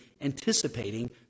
anticipating